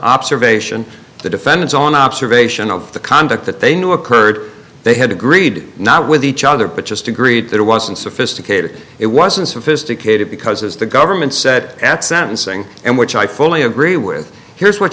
observation the defendant's own observation of the conduct that they knew occurred they had agreed not with each other but just agreed that it wasn't sophisticated it wasn't sophisticated because as the government said at sentencing and which i fully agree with here's what